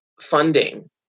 funding